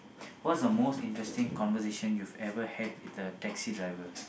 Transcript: what's the most interesting conversation you've ever had with a taxi driver